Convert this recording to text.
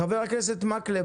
חבר הכנסת מקלב,